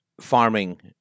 farming